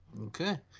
Okay